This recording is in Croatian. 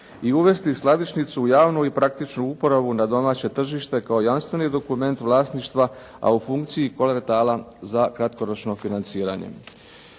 i uvesti skladišnicu u javnu i praktičnu uporabu na domaće tržište kao jamstveni dokument vlasništva, a u funkciji kolaretala za kratkoročno financiranje.